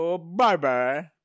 bye-bye